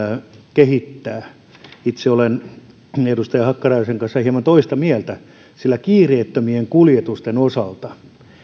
kehittää itse olen edustaja hakkaraisen kanssa hieman eri mieltä sillä kiireettömien kuljetusten osalta